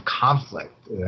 conflict